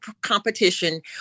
competition